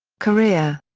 career.